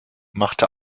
machte